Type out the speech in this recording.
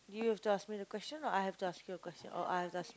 you have to ask me the question or I have to ask you a question or I have to ask you